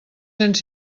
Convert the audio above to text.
cents